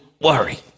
worry